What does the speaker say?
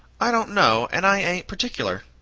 i don't know, and i ain't particular.